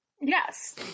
yes